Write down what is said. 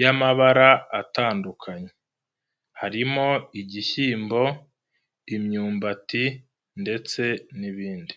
y'amabara atandukanye, harimo igishyimbo, imyumbati ndetse n'ibindi.